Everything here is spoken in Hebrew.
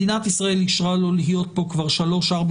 מדינת ישראל אישרה לו להיות כאן כבר שלוש-ארבע